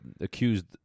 accused